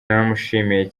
naramushimiye